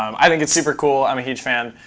um i think it's super cool. i'm a huge fan.